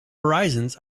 horizons